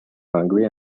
hungry